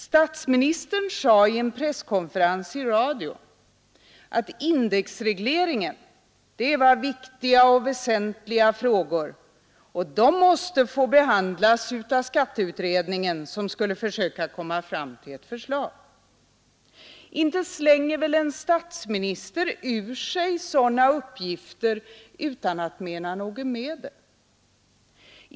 Statsministern sade vid en presskonferens i radio att indexregleringsfrågorna var viktiga och väsentliga, och de måste få behandlas av skatteutredningen, som skulle försöka komma fram till ett förslag. Inte slänger väl en statsminister ur sig sådana uppgifter utan att mena något med dem?